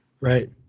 right